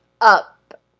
up